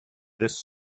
this